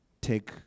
take